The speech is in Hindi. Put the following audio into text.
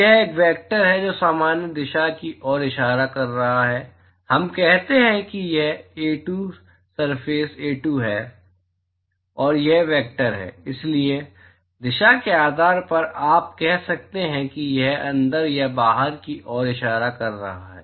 तो यह एक वेक्टर है जो सामान्य दिशा की ओर इशारा कर रहा है और हम कहते हैं कि यह A2 सरफेस A2 है और यह वेक्टर है इसलिए दिशा के आधार पर आप कह सकते हैं कि यह अंदर या बाहर की ओर इशारा कर रहा है